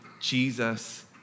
Jesus